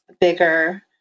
bigger